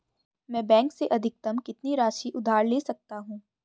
मैं बैंक से अधिकतम कितनी राशि उधार ले सकता हूँ?